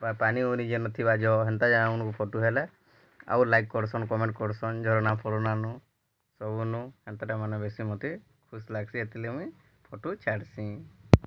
ବା ପାନି ହେଉନି ଯେନ୍ ଥିବାର୍ ଯ ହେନ୍ତା ଜାଗାମାନ୍କୁ ଫଟୁ ହେଲେ ଆଉ ଲାଇକ୍ କରସନ୍ କମେଣ୍ଟ କରସନ୍ ଝରଣା ଫରଣା ନୁ ସବୁ ନୁ ହେନ୍ତା ଟା ମାନେ ବେଶୀ ମୋତେ ଖୁସି ଲାଗ୍ସି ଏଥିର୍ ଲାଗି ମୁଇଁ ଫଟୁ ଛାଡ଼୍ସିଁ